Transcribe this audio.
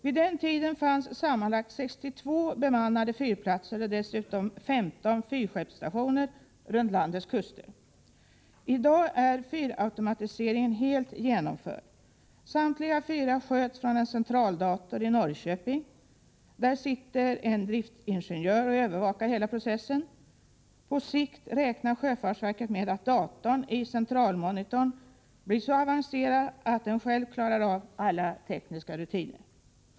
Vid den tiden fanns det sammanlagt 62 bemannade fyrplatser och dessutom 15 fyrskeppsstationer runt landets kuster. I dag är fyrautomatiseringen helt genomförd. Samtliga fyrar sköts från en centraldator i Norrköping. Där sitter en driftsingenjör och övervakar hela processen. På sikt räknar sjöfartsverket med att datorn i centralmonitorn blir så avancerad att den själv klarar av alla tekniska rutiner.